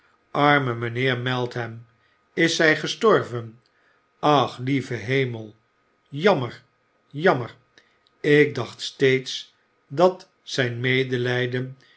arme mijnheer meltham is zy gestorven ach lieve hemel jammer jammerl ik dacht steeds dat zyn medelijden